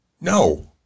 No